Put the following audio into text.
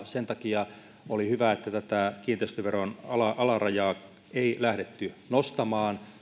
sen takia oli hyvä että tätä kiinteistöveron alarajaa ei lähdetty nostamaan